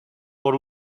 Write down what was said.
por